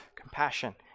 compassion